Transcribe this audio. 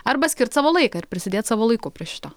arba skirt savo laiką ir prisidėti savo laiku prie šito